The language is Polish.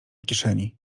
kieszeni